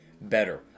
better